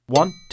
one